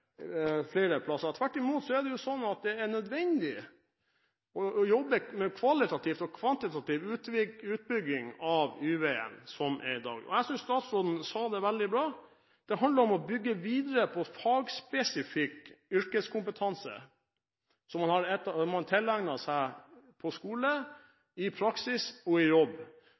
flere steder. Tvert imot er det sånn at det er nødvendig å jobbe kvalitativt og kvantitativt med utbygging av Y-veien, som i dag. Jeg synes statsråden sa det veldig bra: Det handler om å bygge videre på fagspesifikk yrkeskompetanse som man har tilegnet seg på skolen, i praksis og i jobb,